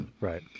Right